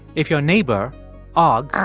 if your neighbor ah agh.